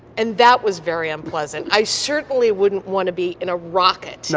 and that was very unpleasant. i certainly wouldn't want to be in a rocket no.